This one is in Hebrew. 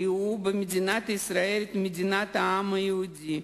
ראו במדינת ישראל את מדינת העם היהודי,